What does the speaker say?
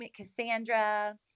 Cassandra